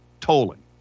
tolling